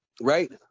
Right